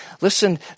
Listen